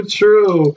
true